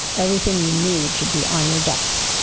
everything you need should be on your desk.